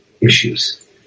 issues